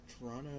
Toronto